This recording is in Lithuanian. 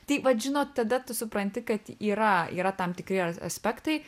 taip vat žinot tada tu supranti kad yra yra tam tikri ar aspektai